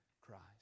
Christ